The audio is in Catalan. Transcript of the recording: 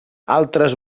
altres